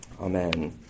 Amen